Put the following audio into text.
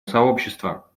сообщества